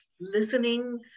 listening